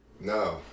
No